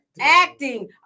acting